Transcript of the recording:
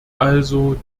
also